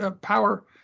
power